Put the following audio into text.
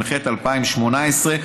התשע"ח 2018,